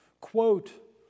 quote